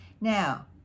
now